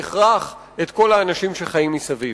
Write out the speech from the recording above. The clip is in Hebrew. בהכרח, את כל האנשים שחיים מסביב.